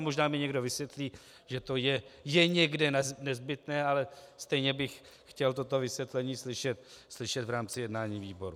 Možná mi někdo vysvětlí, že to je někde nezbytné, ale stejně bych chtěl toto vysvětlení slyšet v rámci jednání výboru.